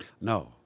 No